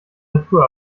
natur